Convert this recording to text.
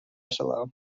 solo